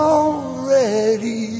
already